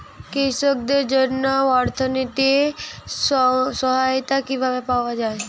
কৃষকদের জন্য আর্থিক সহায়তা কিভাবে পাওয়া য়ায়?